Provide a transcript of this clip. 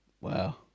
wow